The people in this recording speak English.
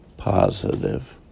Positive